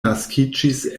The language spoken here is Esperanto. naskiĝis